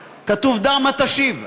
כתוב: דע מה שתשיב.